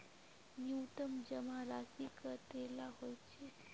न्यूनतम जमा राशि कतेला होचे?